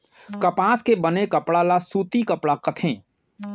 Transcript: कपसा के बने कपड़ा ल सूती कपड़ा कथें